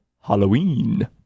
Halloween